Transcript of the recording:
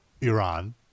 Iran